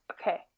Okay